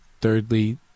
Thirdly